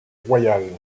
royal